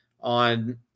on